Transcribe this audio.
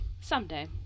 Someday